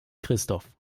christoph